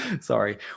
Sorry